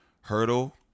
hurdle